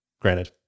Granted